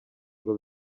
ngo